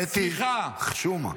קטי, חשומה.